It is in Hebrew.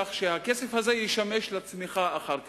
כך שהכסף הזה ישמש לצמיחה אחר כך.